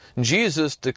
Jesus